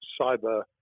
cyber